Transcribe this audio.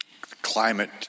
climate